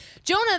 Jonah